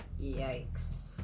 yikes